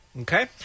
Okay